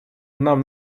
нам